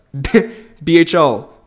BHL